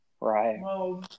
Right